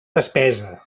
despesa